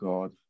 God